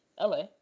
LA